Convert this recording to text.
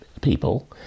people